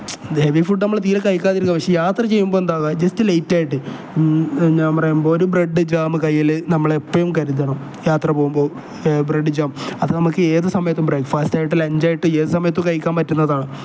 heavy food നമ്മൾ തീരെ കഴിക്കാതിരിക്കും പക്ഷേ യാത്ര ചെയ്യുമ്പോൾ എന്താവാ ജെസ്റ്റ് ലേറ്റ് ആയിട്ട് ഞാൻ പറയുമ്പോൾ ഒരു ബ്രെഡ് ജാം കയ്യിൽ നമ്മൾ എപ്പോഴും കരുതണം യാത്ര പോകുമ്പോൾ ബ്രെഡ് ജാം അത് നമുക്ക് ഏത് സമയത്തും ബ്രേക്ക്ഫാസ്റ്റായിട്ടും ലഞ്ച ആയിട്ട് ഏത് സമയത്തും കഴിക്കാൻ പറ്റുന്നതാണ്